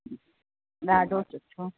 ॾाढो सुठो